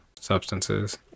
substances